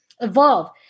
evolve